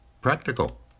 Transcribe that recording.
practical